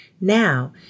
Now